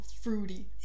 fruity